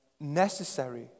necessary